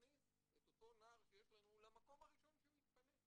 נכניס את אותו נער שיש לנו למקום הראשון שיתפנה.